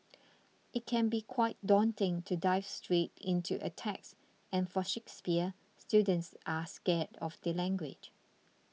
it can be quite daunting to dive straight into a text and for Shakespeare students are scared of the language